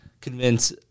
convince